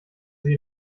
sie